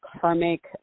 karmic